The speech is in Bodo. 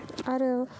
आरो